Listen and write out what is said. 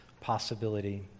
possibility